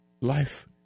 life